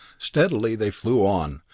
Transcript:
steadily they flew on,